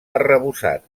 arrebossat